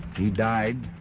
he died